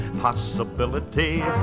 possibility